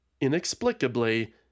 inexplicably